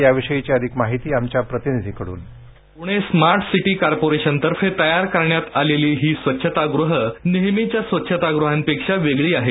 याविषयीची अधिक माहिती आमच्या प्रतिनिधीकडून voice cast Pune smart city corporation तर्फे तयार करण्यात आलेली ही स्वच्छतागृहं नेहमीच्या स्वच्छतागृहांपेक्षा वेगळी आहेत